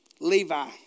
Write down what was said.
Levi